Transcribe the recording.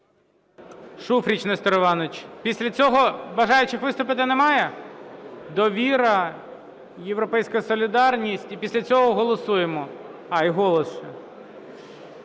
Шуфрич Нестор Іванович. Після цього бажаючих виступити немає? "Довіра", "Європейська солідарність", і після цього голосуємо. А, і "Голос".